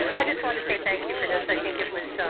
i just wanted to say thank you for this. i think it was